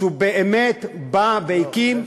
שהוא באמת בא והקים,